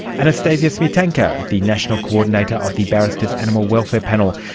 anastasia smietanka, the national coordinator of the barristers animal welfare panel.